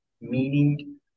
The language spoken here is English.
meaning